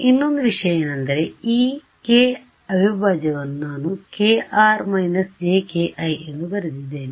ಇನ್ನೋಡು ವಿಷಯ ಏನೆಂದರೆ ಈ k ಅವಿಭಾಜ್ಯವನ್ನು ನಾನು kr jki ಎಂದು ಬರೆದಿದ್ದೇನೆ